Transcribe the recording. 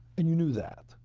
and you knew that.